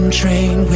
train